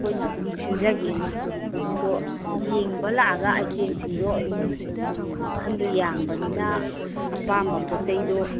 ꯑꯩꯈꯣꯏꯅ ꯑꯗꯨꯝ ꯁꯤꯟꯖꯒꯦꯅ ꯑꯗꯣ ꯌꯦꯡꯕ ꯂꯥꯛꯑꯒ ꯑꯥꯏꯇꯦꯝꯁꯤꯡꯗꯣ ꯑꯗꯨꯝ ꯃꯈꯟꯗꯣ ꯌꯥꯝꯕꯅꯤꯅ ꯑꯄꯥꯝꯕ ꯄꯣꯠ ꯆꯩꯗꯣ